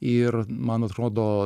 ir man atrodo